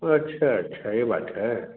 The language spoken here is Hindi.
अच्छा अच्छा यह बात है